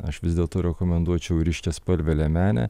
aš vis dėlto rekomenduočiau ryškiaspalvę liemenę